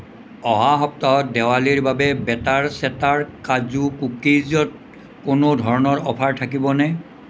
অহা সপ্তাহত দেৱালীৰ বাবে বেটাৰ চেটাৰ কাজু কুকিজত কোনো ধৰণৰ অফাৰ থাকিব নে